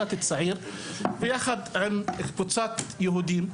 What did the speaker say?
בחור צעיר יחד עם קבוצת יהודים.